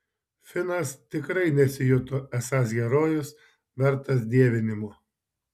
finas tikrai nesijuto esąs herojus vertas dievinimo